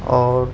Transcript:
اور